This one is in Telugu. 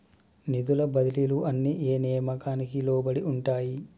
నిధుల బదిలీలు అన్ని ఏ నియామకానికి లోబడి ఉంటాయి?